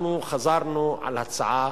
אנחנו חזרנו על ההצעה